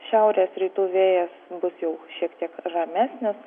šiaurės rytų vėjas bus jau šiek tiek ramesnis